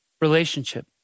relationship